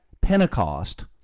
Pentecost